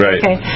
okay